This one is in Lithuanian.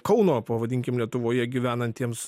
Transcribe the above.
kauno pavadinkim lietuvoje gyvenantiems